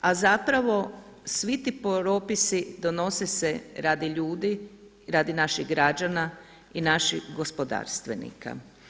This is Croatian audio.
A zapravo svi ti propisi donose se radi ljudi, radi naših građana i naših gospodarstvenika.